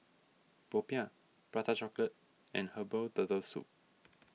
Popiah Prata Chocolate and Herbal Turtle Soup